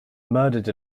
murdered